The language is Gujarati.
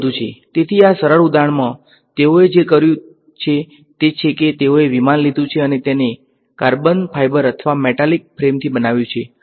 તેથી આ સરળ ઉદાહરણમાં તેઓએ જે કર્યું છે તે છે કે તેઓએ વિમાન લીધું છે અને તેને કાર્બન ફાઇબર અથવા મેટાલિક ફ્રેમથી બનાવ્યું છે